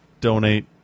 donate